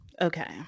Okay